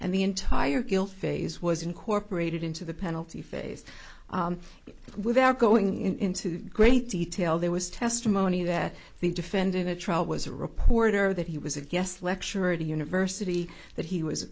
and the entire guilt phase was incorporated into the penalty phase without going into great detail there was testimony that the defendant at trial was a reporter that he was a guest lecturer at a university that he was a